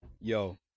yo